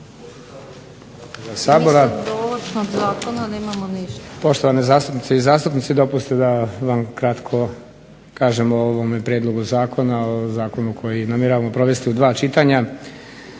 sabora, poštovane zastupnice i zastupnici. Dopustite da vam kratko kažem o ovome prijedlogu zakona, zakonu koji namjeravamo provesti u dva čitanja.